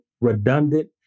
redundant